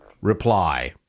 reply